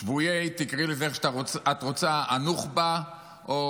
שבויי, תקראי לזה איך שאת רוצה, הנוח'בה או